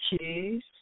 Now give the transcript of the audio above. cheese